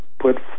put